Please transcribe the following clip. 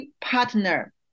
partner